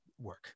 work